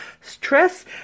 stress